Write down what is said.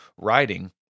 writing